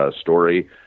story